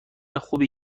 خوبی